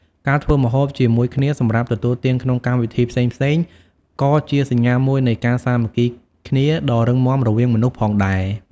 ការធ្វើម្ហូបជាមួយគ្នាសម្រាប់ទទួលទានក្នុងកម្មវិធីផ្សេងៗ ក៏ជាសញ្ញាមួយនៃការសាមគ្គីគ្នាដ៏រឹងមាំរវាងមនុស្សផងដែរ។